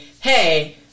hey